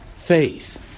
Faith